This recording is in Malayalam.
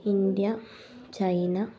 India China